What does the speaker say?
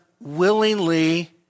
willingly